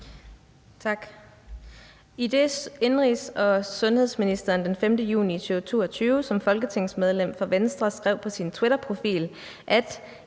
Tak. Idet indenrigs- og sundhedsministeren den 5. juni 2022 som folketingsmedlem for Venstre skrev på sin twitterprofil, at